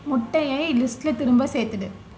முட்டையை லிஸ்ட்டில் திரும்பச் சேர்த்துவிடு